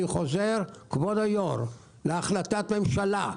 אני חוזר להחלטת ממשלה,